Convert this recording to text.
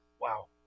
Wow